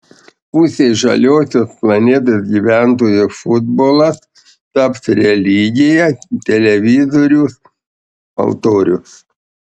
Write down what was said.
pusei žaliosios planetos gyventojų futbolas taps religija televizorius altorius